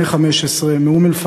בני 15 מאום-אלפחם,